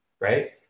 right